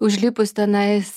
užlipus tenais